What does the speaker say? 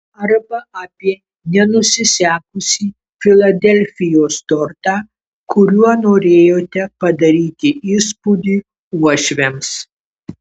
arba apie nenusisekusį filadelfijos tortą kuriuo norėjote padaryti įspūdį uošviams